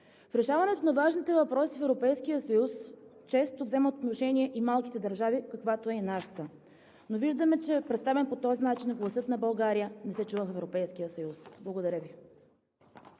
В решаването на важните въпроси в Европейския съюз често вземат отношение и малките държави, каквато е и нашата. Виждаме, че представен по този начин, гласът на България не се чува в Европейския